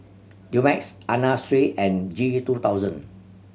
Dumex Anna Sui and G two thousand